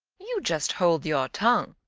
you just hold your tongue.